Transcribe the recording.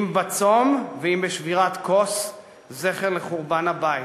אם בצום ואם בשבירת כוס זכר לחורבן הבית.